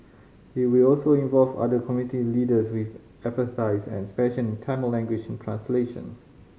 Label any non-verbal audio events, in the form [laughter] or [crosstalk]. it will also involve other community leaders with expertise and [unintelligible] in Tamil language and translation